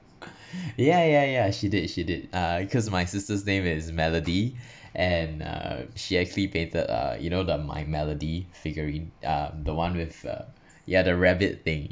ya ya ya she did she did uh because my sister's name is melody and uh she actually painted uh you know the my melody figurine uh the one with a yeah the rabbit thing